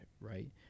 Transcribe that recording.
Right